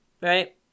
right